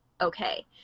okay